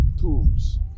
tubes